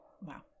Wow